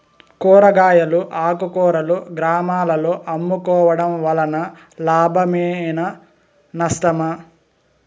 కూరగాయలు ఆకుకూరలు గ్రామాలలో అమ్ముకోవడం వలన లాభమేనా నష్టమా?